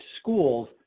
schools